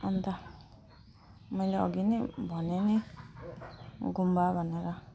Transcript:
अनि त मैले अघि नै भन्यो नि गुम्बा भनेर